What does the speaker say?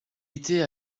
était